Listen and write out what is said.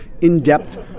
in-depth